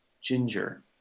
Ginger